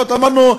אמרנו: